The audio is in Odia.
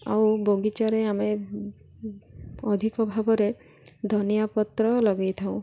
ଆଉ ବଗିଚାରେ ଆମେ ଅଧିକ ଭାବରେ ଧନିଆ ପତ୍ର ଲଗାଇଥାଉଁ